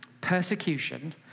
persecution